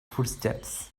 footsteps